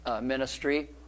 ministry